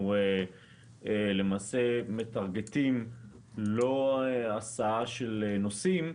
המטרה שלנו היא לא הסעה של נוסעים,